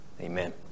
amen